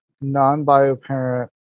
non-bio-parent